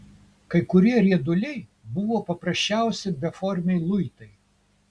kai kurie rieduliai buvo paprasčiausi beformiai luitai